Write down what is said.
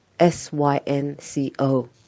S-Y-N-C-O